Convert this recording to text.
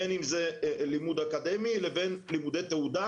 בין אם זה לימוד אקדמי לבין לימודי תעודה,